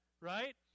right